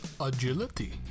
agility